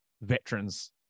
veterans